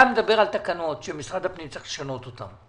אתה מדבר על תקנות שמשרד הפנים צריך לשנות אותן.